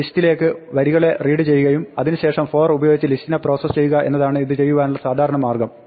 ഒരു ലിസ്റ്റിലേക്ക് വരികളെ റീഡ് ചെയ്യുകയും അതിന് ശേഷം for ഉപയോഗിച്ച് ലിസ്റ്റിനെ പ്രോസസ് ചെയ്യുക എന്നതാണ് ഇത് ചെയ്യുവാനുള്ള സാധാരണ മാർഗ്ഗം